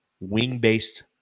wing-based